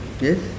Yes